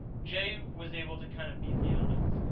jay was able to kind of beat the odds.